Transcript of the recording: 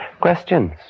Questions